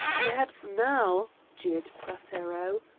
perhaps now, jeered prothero,